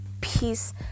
peace